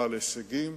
בעל הישגים,